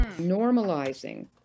normalizing